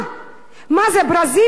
מה זה, ברזים מזהב,